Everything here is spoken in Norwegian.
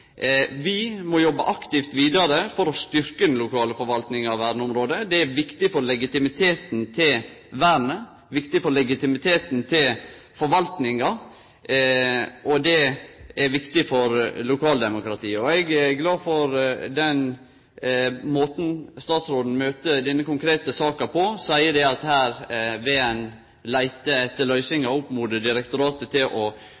Vi må jobbe aktivt vidare for å styrkje den lokale forvaltninga av verneområda. Det er viktig for legitimiteten til vernet, til forvaltninga, og det er viktig for lokaldemokratiet. Eg er glad for måten statsråden møter denne konkrete saka på, at han seier at her vil ein leite etter løysingar, oppmode direktoratet til å